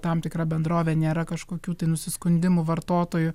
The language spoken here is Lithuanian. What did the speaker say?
tam tikra bendrovė nėra kažkokių tai nusiskundimų vartotojų